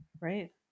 right